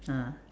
ah